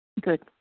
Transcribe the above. Good